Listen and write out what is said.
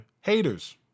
haters